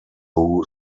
who